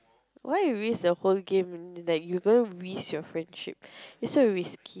why you risk the whole game like you gonna risk your friendship it's so risky